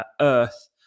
earth